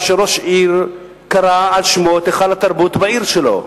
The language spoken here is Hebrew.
שראש עיר קרא על שמו את היכל התרבות בעירו,